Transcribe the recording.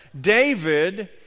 David